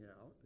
out